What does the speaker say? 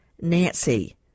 nancy